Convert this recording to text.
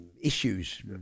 issues